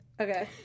Okay